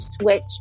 switch